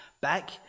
back